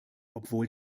obwohl